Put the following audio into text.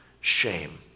shame